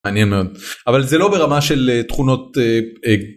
מעניין מאוד, אבל זה לא ברמה של תכונות...